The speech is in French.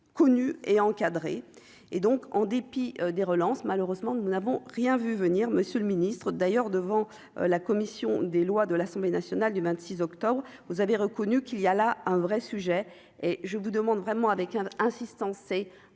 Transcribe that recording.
connu et encadrée et donc, en dépit des relances malheureusement nous n'avons rien vu venir, Monsieur le Ministre, d'ailleurs, devant la commission des lois de l'Assemblée nationale du 26 octobre vous avez reconnu qu'il y a là un vrai sujet et je vous demande vraiment avec insistance, c'est important